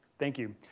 thank you.